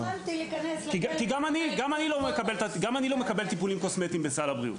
כי גם אני לא מקבל טיפולים קוסמטיים בסל הבריאות.